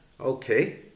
Okay